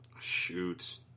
Shoot